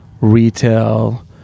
Retail